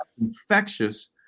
infectious